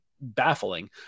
baffling